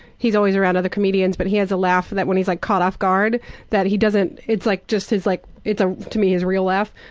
he's always around other comedians, but he has a laugh that when he's like caught off guard that he doesn't it's like just his like, ah to me, his real laugh.